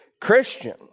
Christian